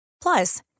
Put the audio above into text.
Plus